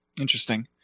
interesting